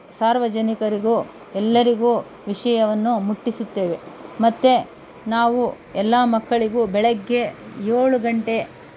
ಸಾರ್ವಜನಿಕರಿಗೂ ಎಲ್ಲರಿಗೂ ವಿಷಯವನ್ನು ಮುಟ್ಟಿಸುತ್ತೇವೆ ಮತ್ತು ನಾವು ಎಲ್ಲ ಮಕ್ಕಳಿಗೂ ಬೆಳಗ್ಗೆ ಏಳು ಗಂಟೆ